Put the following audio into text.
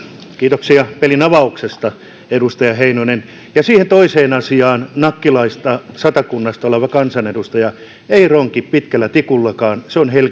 kiitoksia pelin avauksesta edustaja heinonen ja siihen toiseen asiaan nakkilasta satakunnasta oleva kansanedustaja ei ronki pitkällä tikullakaan se on